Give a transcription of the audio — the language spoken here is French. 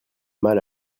mal